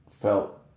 felt